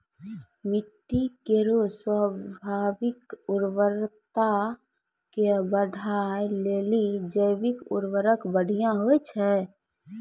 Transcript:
माटी केरो स्वाभाविक उर्वरता के बढ़ाय लेलि जैविक उर्वरक बढ़िया होय छै